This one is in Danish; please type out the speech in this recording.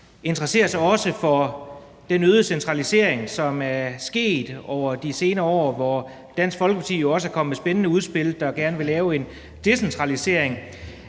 interesserer sig for den øgede centralisering, som er sket over de senere år, og hvor Dansk Folkeparti jo også er kommet med spændende udspil og gerne vil lave en decentralisering.